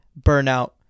burnout